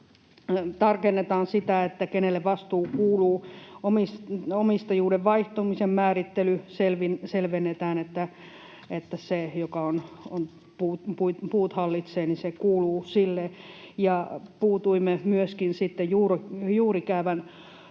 tarkennetaan sitä, kenelle vastuu kuuluu. Omistajuuden vaihtumisen määrittelyä selvennetään, niin että se kuuluu sille, joka puita hallitsee. Puutuimme myöskin juurikäävän